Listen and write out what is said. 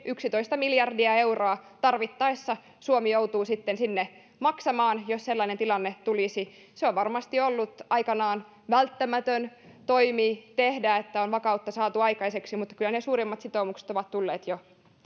yksitoista miljardia euroa suomi joutuu sitten tarvittaessa sinne maksamaan jos sellainen tilanne tulisi se on varmasti ollut aikanaan välttämätön toimi tehdä että on vakautta saatu aikaiseksi mutta kyllä ne suurimmat sitoumukset ovat tulleet jo